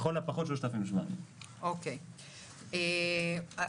לכל הפחות 3,700. אגב,